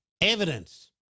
evidence